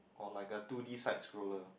or like a two D side scroller